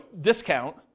discount